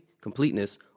completeness